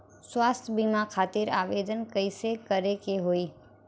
स्वास्थ्य बीमा खातिर आवेदन कइसे करे के होई?